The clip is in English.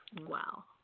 Wow